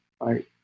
right